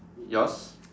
yours